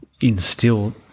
instill